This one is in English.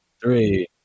three